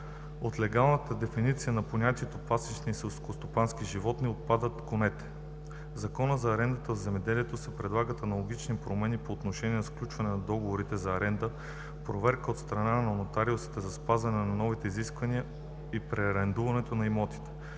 От легалната дефиниция на понятието „Пасищни селскостопански животни“ отпадат конете. В Закона за арендата в земеделието се предлагат аналогични промени по отношение на сключването на договори за аренда, проверката от страна на нотариусите за спазване на новите изисквания и преарендуването на имотите.